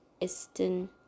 Eastern